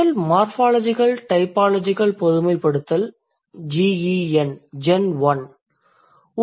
முதல்மார்ஃபாலஜிகல் typological பொதுமைப்படுத்தல் GEN1